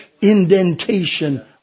indentation